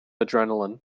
adrenaline